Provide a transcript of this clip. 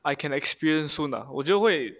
I can experience lah 我觉得会